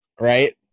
right